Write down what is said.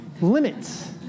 limits